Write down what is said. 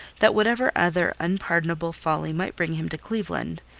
that whatever other unpardonable folly might bring him to cleveland,